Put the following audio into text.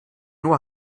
nur